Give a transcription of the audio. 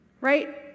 right